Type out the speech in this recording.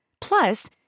Plus